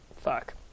fuck